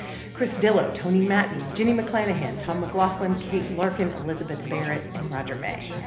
chris dillow, tony matney, ginny mclanahan, tom mclaughlin, kate larkin, elizabeth barrett and roger may.